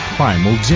Primal